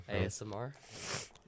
ASMR